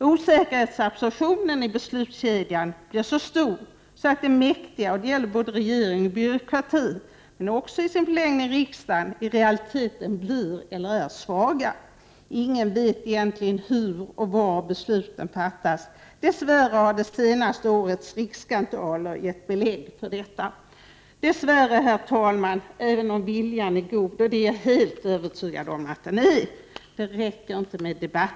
Osäkerhetsabsorptionen i beslutskedjan blir så stor att de mäktiga — och det gäller både regering och byråkrati men också i sin förlängning riksdagen — i realiteten blir eller är svaga. Ingen vet egentligen hur och var besluten fattas. Dess värre har det senaste årets 3 | ”riksskandaler” gett belägg för detta. Dess värre, herr talman, — även om Riksdagens arbetsfor | viljan är god, och det är jag helt övertygad om att den är — räcker det inte med Paepresn.